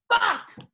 Fuck